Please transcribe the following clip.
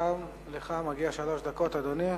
גם לך מגיעות שלוש דקות, אדוני.